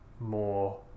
more